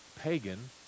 pagan